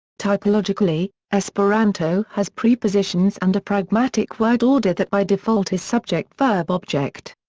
typologically, esperanto has prepositions and a pragmatic word order that by default is subject-verb-object.